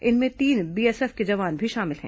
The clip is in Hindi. इनमें तीन बीएसएफ के जवान भी शामिल हैं